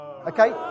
Okay